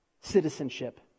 citizenship